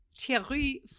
Thierry